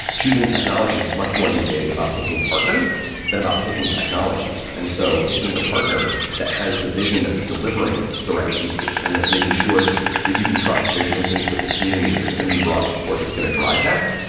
choosing technologies is much more these days about picking partners than about picking technologies. and so picking the partner that has the vision that's delivering the right pieces and that's making sure that you can trust that they're doing things with the community, that there's can be broad support that's going to drive that.